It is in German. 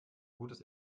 gutes